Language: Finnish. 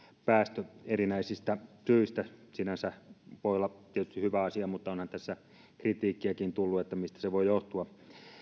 päästy erinäisistä syistä sinänsä voi olla tietysti hyvä asia mutta onhan tässä kritiikkiäkin tullut siitä mistä se voi johtua